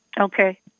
okay